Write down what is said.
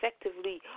effectively